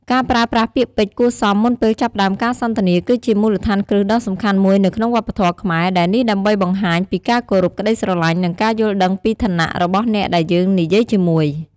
ការប្រើប្រាស់ពាក្យពេចន៍គួរសមមុនពេលចាប់ផ្ដើមការសន្ទនា គឺជាមូលដ្ឋានគ្រឹះដ៏សំខាន់មួយនៅក្នុងវប្បធម៌ខ្មែរ ដែលនេះដើម្បីបង្ហាញពីការគោរព ក្ដីស្រឡាញ់ និងការយល់ដឹងពីឋានៈរបស់អ្នកដែលយើងនិយាយជាមួយ។